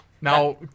Now